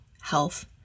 health